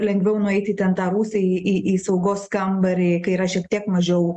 lengviau nueiti ten tą rūsį į į saugos kambarį kai yra šiek tiek mažiau